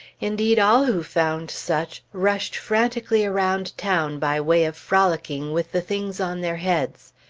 indeed, all who found such, rushed frantically around town, by way of frolicking, with the things on their heads.